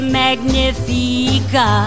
magnifica